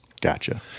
Gotcha